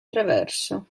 traverso